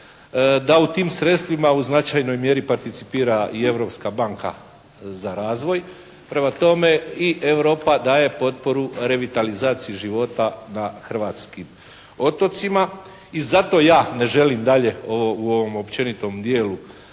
Da u tim sredstvima u značajnoj mjeri participira i Europska banka za razvoj, prema tome i Europa daje potporu revitalizaciji života na hrvatskim otocima. I zato ja ne želim dalje u ovom općenitom dijelu